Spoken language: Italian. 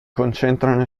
concentrano